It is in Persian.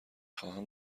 خواهم